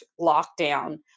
lockdown